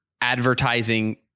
advertising